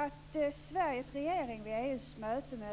Att Sveriges regering vid EU:s